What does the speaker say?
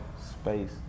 space